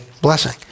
blessing